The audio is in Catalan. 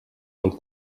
del